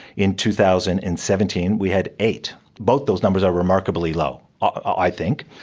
in two thousand and seventeen we had eight. both those numbers are remarkably low, i think,